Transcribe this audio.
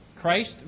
Christ